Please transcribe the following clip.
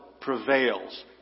prevails